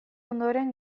ondoren